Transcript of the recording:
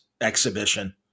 exhibition